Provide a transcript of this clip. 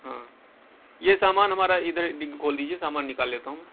ہاں یہ سامان ہمارا ادھر ڈگی کھول دیجیے سامان نکال لیتا ہوں